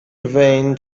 vain